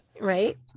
Right